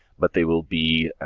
but they will be